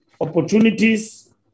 opportunities